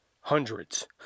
hundreds